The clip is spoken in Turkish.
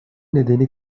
nedeni